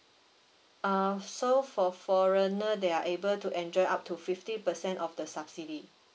um so for foreigner they are able to enjoy up to fifty percent of the subsidy